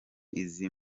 izi